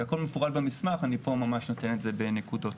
הכול מצויין במסמך, פה אני מציין בנקודות.